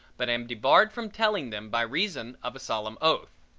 but am debarred from telling them by reason of a solemn oath.